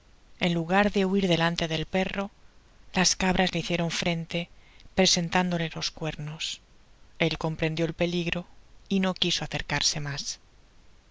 en lugar de huir delante del perro las cabras le hicieron frente presentándole los cuernos él comprendió el peligro y no quiso acercase mas